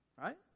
right